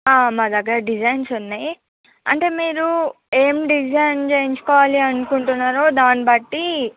మా దగ్గర డిజైన్స్ ఉన్నాయి అంటే మీరు ఏం డిజైన్ చేయించుకోవాలి అనుకుంటున్నారో దాన్ని బట్టి